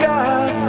God